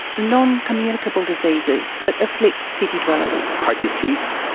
the non-communicable diseases that afflict city dwellers. heart disease,